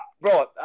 Bro